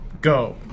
Go